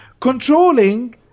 controlling